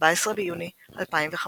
14 ביוני 2015